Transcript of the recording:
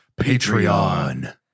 Patreon